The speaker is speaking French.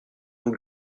vous